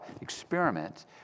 experiment